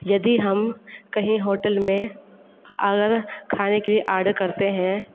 यदि हम कहीं होटल में अगर खाने के लिए आर्डर करते हैं